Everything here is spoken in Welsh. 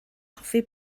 hoffi